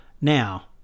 Now